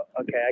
okay